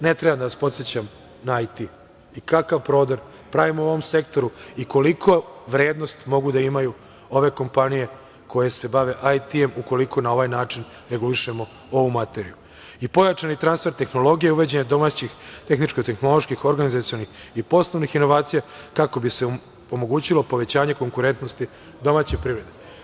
Ne treba da vas podsećam na IT i kakav prodor pravimo u ovom sektoru i koliku vrednost mogu da imaju ove kompanije koje se bave IT ukoliko na ovaj način regulišemo ovu materiju i pojačani transfer tehnologije, uvođenje domaćih tehničko-tehnoloških organizacionih i poslovnih inovacija, kako bi se omogućilo povećanje konkurentnosti domaće privrede.